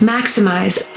Maximize